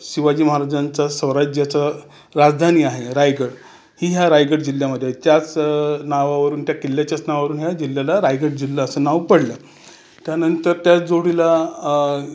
शिवाजी महाराजांचा स्वराज्याचा राजधानी आहे रायगड ही ह्या रायगड जिल्ह्यामध्ये आहे त्याच नावावरून त्या किल्ल्याच्याच नावावरून ह्या जिल्ह्याला रायगड जिल्हा असं नाव पडलं त्यानंतर त्याच जोडीला